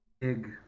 big